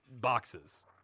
boxes